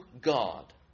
God